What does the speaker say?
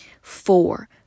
Four